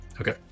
Okay